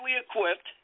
equipped